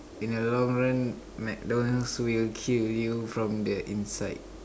in a long run McDonald's will kill you from the inside